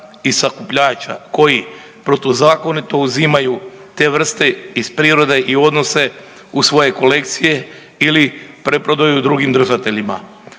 i sakupljača koji protuzakonito uzimaju te vrste iz prirode i odnose u svoje kolekcije ili preprodaju drugim držateljima.